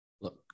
Look